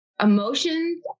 emotions